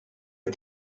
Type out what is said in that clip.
στη